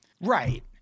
Right